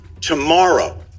tomorrow